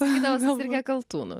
sakydavo susirgę kaltūnu